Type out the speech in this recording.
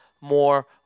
more